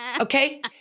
Okay